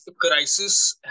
crisis